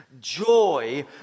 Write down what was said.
joy